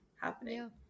happening